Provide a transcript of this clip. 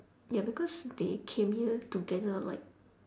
ya because they came here together like